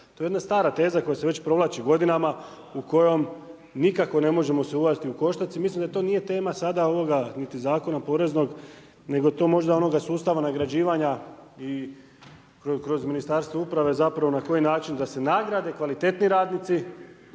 To je jedna stara teza koja se već provlači godinama u kojoj nikako ne možemo se uhvatiti u koštac i mislim da to nije tema sada ovoga niti Zakona poreznog nego to možda onoga sustava nagrađivanja i kroz Ministarstvo uprave zapravo na koji način da se nagrade kvalitetni radnici